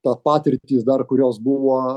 ta patirtys dar kurios buvo